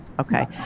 okay